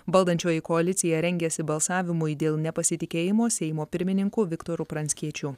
valdančioji koalicija rengiasi balsavimui dėl nepasitikėjimo seimo pirmininku viktoru pranckiečiu